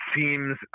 seems